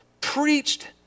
preached